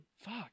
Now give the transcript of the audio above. Fuck